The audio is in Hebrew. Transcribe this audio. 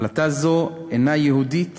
החלטה זו אינה יהודית